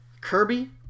Kirby